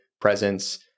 presence